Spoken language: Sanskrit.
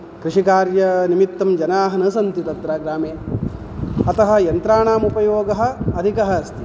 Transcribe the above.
कृषिकार्यनिमित्तं जानाः न सन्ति तत्र ग्रामे अतः यन्त्राणाम् उपयोगः अधिकः अस्ति